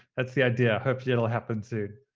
that's the idea. hopefully it will happen soon.